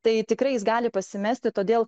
tai tikrai jis gali pasimesti todėl